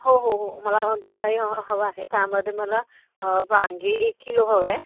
हो हो हो मला म्हणत आहे काय हवं आहे त्यामध्ये मला वांगी एक किलो हवं आहे